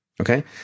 Okay